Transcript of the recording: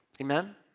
Amen